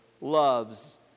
loves